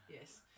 Yes